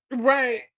right